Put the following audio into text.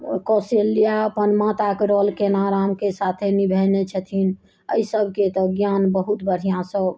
कौशल्या अपन माताके रोल केना रामके साथे निभेने छथिन एहिसभके तऽ ज्ञान बहुत बढ़िआँसँ